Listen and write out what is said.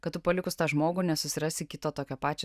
kad tu palikus tą žmogų nesusirasi kito tokio pačio